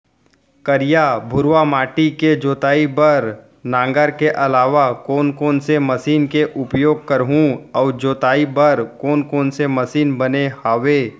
करिया, भुरवा माटी के जोताई बर नांगर के अलावा कोन कोन से मशीन के उपयोग करहुं अऊ जोताई बर कोन कोन से मशीन बने हावे?